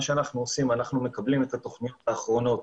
אנחנו מקבלים את התוכניות האחרונות